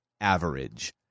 average